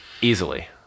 easily